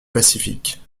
pacifique